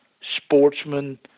sportsman